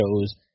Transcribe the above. shows